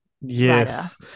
Yes